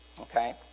Okay